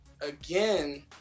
again